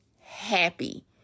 happy